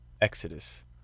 Exodus